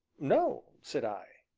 no, said i.